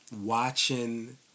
watching